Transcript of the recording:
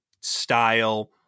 style